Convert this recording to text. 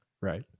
Right